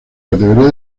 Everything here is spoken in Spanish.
categoría